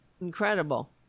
Incredible